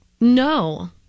No